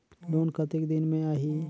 Loan कतेक दिन मे आही?